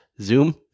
Zoom